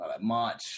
March